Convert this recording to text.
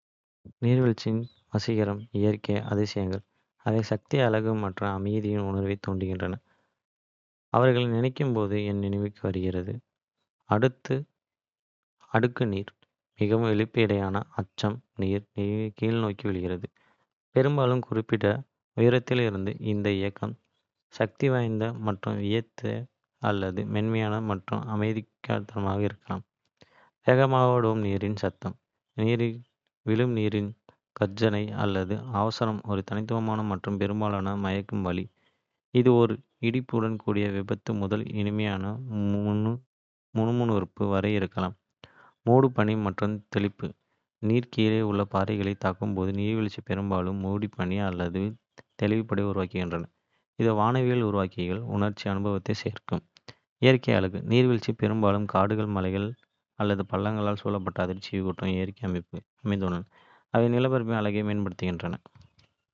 நீர்வீழ்ச்சிகள் வசீகரிக்கும் இயற்கை அதிசயங்கள், அவை சக்தி, அழகு மற்றும் அமைதியின் உணர்வைத் தூண்டுகின்றன. அவர்களை நினைக்கும் போது என் நினைவுக்கு வருவது இதோ. அடுக்கு நீர் மிகவும் வெளிப்படையான அம்சம் நீர் கீழ்நோக்கி விழுகிறது, பெரும்பாலும் குறிப்பிடத்தக்க உயரத்திலிருந்து. இந்த இயக்கம் சக்திவாய்ந்த மற்றும் வியத்தகு அல்லது மென்மையான மற்றும். அமைதியானதாக இருக்கலாம். வேகமாக ஓடும் நீரின் சத்தம் விழும் நீரின் கர்ஜனை அல்லது அவசரம் ஒரு தனித்துவமான மற்றும் பெரும்பாலும் மயக்கும் ஒலி. இது ஒரு இடியுடன் கூடிய விபத்து முதல் இனிமையான முணுமுணுப்பு வரை இருக்கலாம். மூடுபனி மற்றும் தெளிப்பு நீர் கீழே உள்ள பாறைகளைத் தாக்கும்போது நீர்வீழ்ச்சிகள் பெரும்பாலும் மூடுபனி அல்லது தெளிப்பை உருவாக்குகின்றன. இது வானவில்லை உருவாக்கி உணர்ச்சி அனுபவத்தை சேர்க்கும். இயற்கை அழகு நீர்வீழ்ச்சிகள் பெரும்பாலும் காடுகள், மலைகள் அல்லது பள்ளத்தாக்குகளால் சூழப்பட்ட அதிர்ச்சியூட்டும் இயற்கை அமைப்புகளில் அமைந்துள்ளன. அவை நிலப்பரப்பின் அழகை மேம்படுத்துகின்றன.